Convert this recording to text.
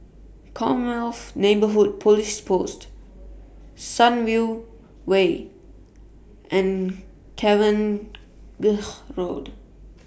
Commonwealth Neighbourhood Police Post Sunview Way and Cavenagh Road